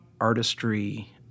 artistry